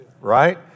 right